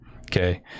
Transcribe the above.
Okay